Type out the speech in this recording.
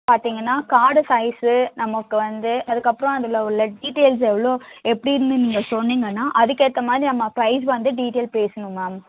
பார்த்தீங்கன்னா card size நமக்கு வந்து அதுக்கப்புறம் அதில் உள்ள டீடைல்ஸ் எவ்வளோ எப்படின்னு நீங்கள் சொன்னீங்கன்னால் அதுக்கு ஏற்ற மாதிரி நம்ம ப்ரைஸ் வந்து டீடைல்ஸ் பேசணும் மேம்